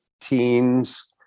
teens